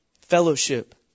Fellowship